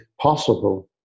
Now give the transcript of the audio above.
possible